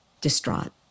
distraught